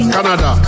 Canada